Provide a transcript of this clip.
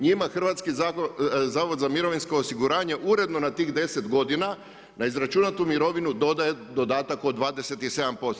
Njima Hrvatski zavod za mirovinsko osiguranje uredno na tih 10 godina na izračunatu mirovinu dodaje dodatak od 27%